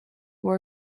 war